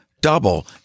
double